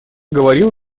говорил